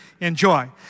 enjoy